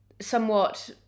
somewhat